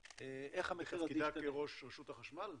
--- בתפקידה כראש רשות החשמל?